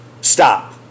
Stop